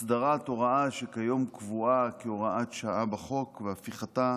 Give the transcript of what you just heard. הסדרת הוראה שכיום קבועה כהוראת שעה בחוק, והפיכתה